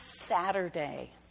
Saturday